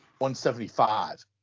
$175